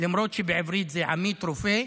למרות שבעברית זה "עמית רופא".